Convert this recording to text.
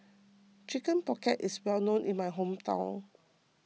Chicken Pocket is well known in my hometown